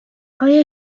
آیا